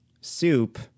soup